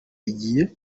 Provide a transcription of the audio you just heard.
rigiye